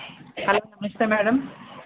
hello నమస్తే madam